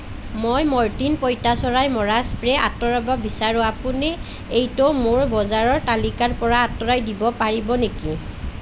মই মৰ্টিন পঁইতাচৰাই মৰা স্প্ৰে আঁতৰাব বিচাৰোঁ আপুনি এইটো মোৰ বজাৰৰ তালিকাৰ পৰা আঁতৰাই দিব পাৰিব নেকি